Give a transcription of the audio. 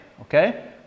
Okay